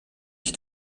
ich